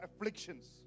Afflictions